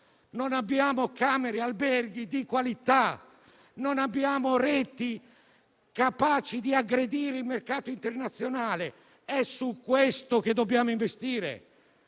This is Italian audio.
non abbiamo camere e alberghi di qualità, né abbiamo reti capaci di aggredire il mercato internazionale. È su questo che dobbiamo investire,